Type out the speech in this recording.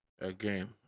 again